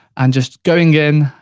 and just going in,